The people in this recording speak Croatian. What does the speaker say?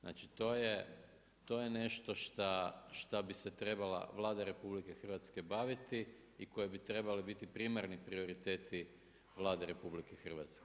Znači to je nešto šta bi se trebala Vlada RH baviti i koje bi trebali primarni prioriteti Vlade RH.